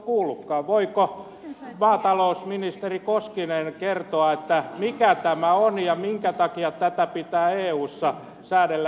voiko maatalousministeri koskinen kertoa mikä tämä on ja minkä takia tätä pitää eussa säädellä